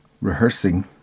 rehearsing